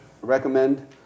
Recommend